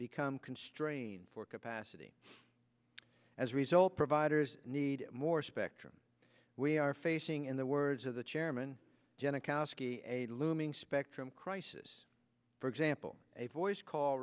become constrained for capacity as a result providers need more spectrum we are facing in the words of the chairman jenna koski a looming spectrum crisis for example a voice call